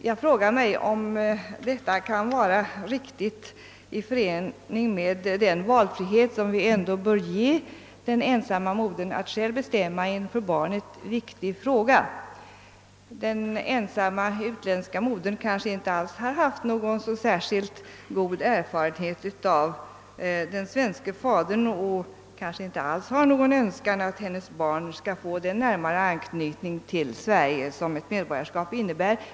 Jag frågar mig om detta kan vara riktigt förenligt med den valfrihet, som vi dock bör ge den ensamma modern att själv bestämma i en för barnet viktig fråga. Den ensamma utländska modern kanske inte alls har haft så särskilt god erfarenhet av den svenske fadern och kanske inte alls har någon önskan att hennes barn skall få den närmare anknytning till Sverige som ett medborgarskap innebär.